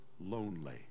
lonely